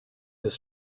his